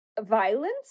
violence